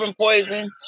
Poison